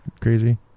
crazy